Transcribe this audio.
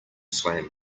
slam